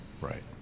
Right